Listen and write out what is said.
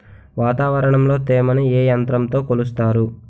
వాతావరణంలో తేమని ఏ యంత్రంతో కొలుస్తారు?